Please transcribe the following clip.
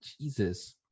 Jesus